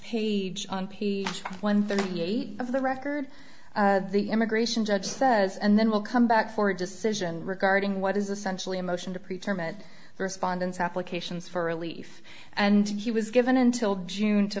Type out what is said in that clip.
page on page one thirty eight of the record the immigration judge says and then will come back for a decision regarding what is essentially a motion to pre term and respondents applications for relief and he was given until june to